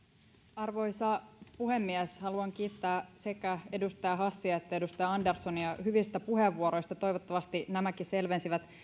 arvoisa puhemies haluan kiittää sekä edustaja hassia että edustaja anderssonia hyvistä puheenvuoroista toivottavasti nämäkin selvensivät